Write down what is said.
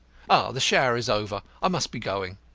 ah, the shower is over. i must be going.